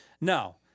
No